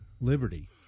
Liberty